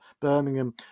Birmingham